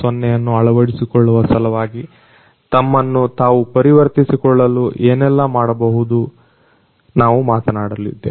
0ಯನ್ನು ಅಳವಡಿಸಿಕೊಳ್ಳುವ ಸಲುವಾಗಿ ತಮ್ಮನ್ನು ತಾವು ಪರಿವರ್ತಿಸಿಕೊಳ್ಳಲು ಏನೆಲ್ಲ ಮಾಡಬಹುದು ನಾವು ಮಾತನಾಡಲಿದ್ದೇವೆ